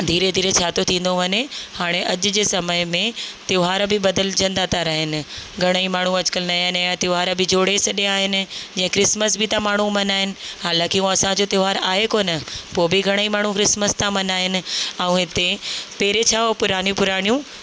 धीरे धीरे छा थो थींदो वञे हाणे अॼु जे समय में त्योहार बि बदिलजंदा था रहनि घणेई माण्हू अॼुकल्ह नवां नवां त्योहार बि जोड़े सॾिया आहिनि जीअं क्रिसमस बि मां माण्हू मल्हाइनि हालांकि उहा असांजो त्योहार आहे कोन पोइ बि घणेई माण्हू क्रिसमस था मल्हाइनि ऐं हिते पहिरें छा उहो पुराणियूं पुराणियूं